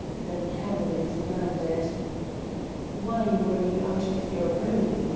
then heavily demanded why were you out of your room?